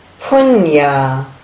Punya